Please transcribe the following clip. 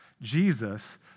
Jesus